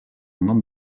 nom